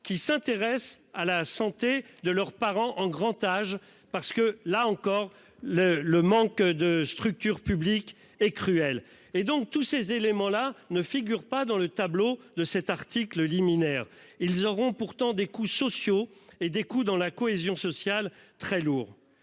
qui s'intéressent à la santé de leurs parents en grand âge parce que là encore le le manque de structures publiques et cruel et donc tous ces éléments-là ne figure pas dans le tableau de cet article liminaire ils auront pourtant des coûts sociaux et des coûts dans la cohésion sociale très lourd